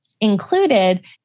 included